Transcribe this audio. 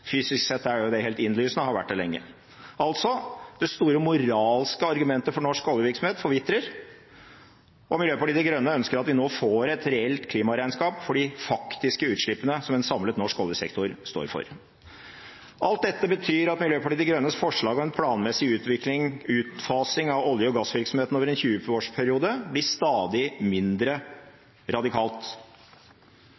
Fysisk sett er det helt innlysende og har vært det lenge. Altså: Det store moralske argumentet for norsk oljevirksomhet forvitrer, og Miljøpartiet De Grønne ønsker at vi nå får et reelt klimaregnskap for de faktiske utslippene som en samlet norsk oljesektor står for. Alt dette betyr at Miljøpartiet De Grønnes forslag om en planmessig utfasing av olje- og gassvirksomheten over en 20-årsperiode blir stadig mindre